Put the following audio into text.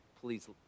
please